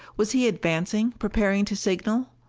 was he advancing, preparing to signal?